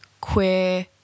queer